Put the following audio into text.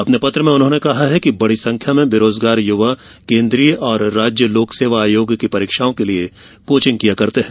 अपने पत्र में उन्होंने कहा है कि बड़ी संख्या में बेरोजगार युवा केन्द्रीय और राज्य लोक सेवा आयोग की परीक्षाओं के लिए कोचिंग किया करते हैं